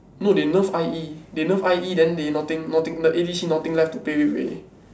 no they nerf I_E they nerf I_E then they nothing nothing the A_D_C nothing left to play with already